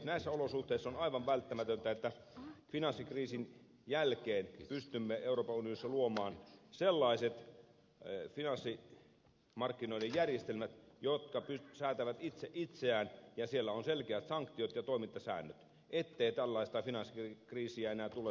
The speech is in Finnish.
näissä olosuhteissa on aivan välttämätöntä että finanssikriisin jälkeen pystymme euroopan unionissa luomaan sellaiset finanssimarkkinoiden järjestelmät jotka säätävät itse itseään ja siellä on selkeät sanktiot ja toimintasäännöt ettei tällaista finanssikriisiä enää tule toista kertaa